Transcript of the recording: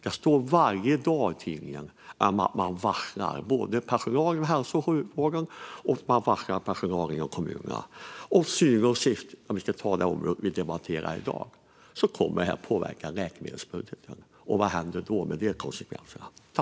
Det står varje dag i tidningen att man varslar personal, både inom hälso och sjukvården och inom kommunerna. Detta kommer till syvende och sist, gällande det område vi debatterar här i dag, att påverka läkemedelsbudgeten. Och vilka blir då konsekvenserna?